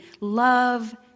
love